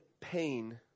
pain